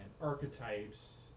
archetypes